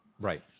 Right